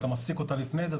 אתה מפסיק אותה לפני זה,